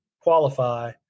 qualify